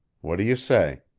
what do you say?